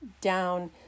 down